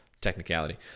technicality